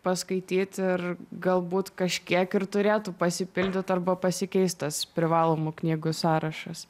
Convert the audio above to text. paskaityt ir galbūt kažkiek ir turėtų pasipildyt arba pasikeis tas privalomų knygų sąrašas